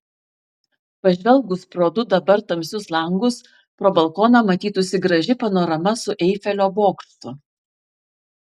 pažvelgus pro du dabar tamsius langus pro balkoną matytųsi graži panorama su eifelio bokštu